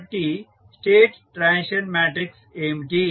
కాబట్టి state transition matrix ఏమిటి